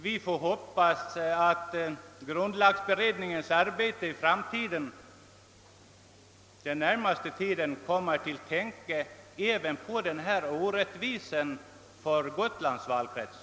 Vi får hoppas att grundlagberedningen i sitt arbete under den närmaste framtiden kommer att tänka på denna orättvisa som drabbar Gotlands valkrets.